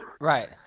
Right